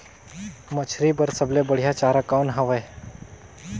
मछरी बर सबले बढ़िया चारा कौन हवय?